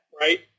right